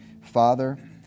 Father